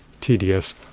tedious